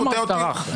לא אמרתי שאתה רך.